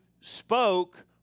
spoke